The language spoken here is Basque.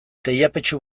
teilapetxu